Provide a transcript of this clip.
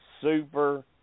super